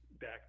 back